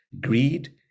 greed